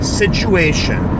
situation